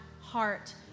heart